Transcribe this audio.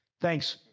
Thanks